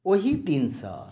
ओहि दिनसँ